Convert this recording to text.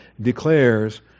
declares